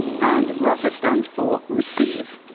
and rasa stands for receive,